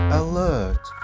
alert